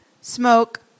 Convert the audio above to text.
smoke